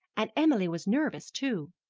and emily was nervous, too.